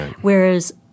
Whereas